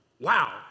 wow